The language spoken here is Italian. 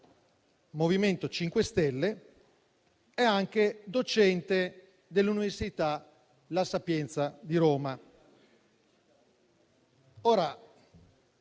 MoVimento 5 Stelle, è anche docente dell'università La Sapienza di Roma.